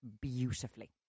beautifully